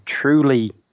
truly